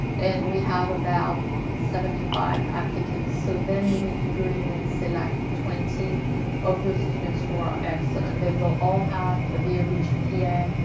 and we have about seventy five applicants. so, then, we need to go in and select twenty of those students who are excellent. they will all have a very good gpa.